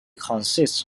consist